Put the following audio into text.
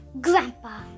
Grandpa